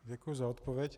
Děkuji za odpověď.